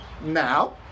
Now